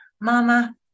mama